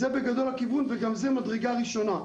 זה בגדול הכיוון, וגם זה מדרגה ראשונה.